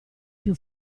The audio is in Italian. più